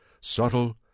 subtle